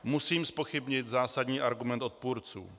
Musím zpochybnit zásadní argument odpůrců.